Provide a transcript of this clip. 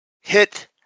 Hit